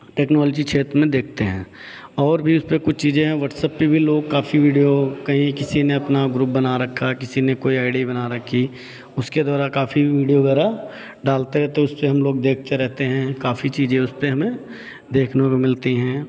technology क्षेत्र में देखते हैं और भी उसपे कुछ चीज़ें हैं वाट्सअप पे भी लोग काफ़ी वीडियो कहीं किसी ने अपना ग्रुप बना रखा किसी ने कोई आई डी बना रखी उसके द्वारा काफ़ी वीडियो वगैरह डालते रहते उसपे हम लोग देखते रहते हैं काफ़ी चीज़ें उसपे हमें देखने को मिलती हैं